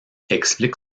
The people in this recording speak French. explique